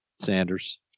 Sanders